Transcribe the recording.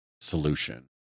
solution